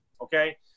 Okay